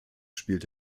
spielt